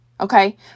okay